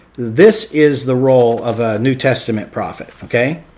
this is the role of a new testament prophet, okay?